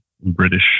British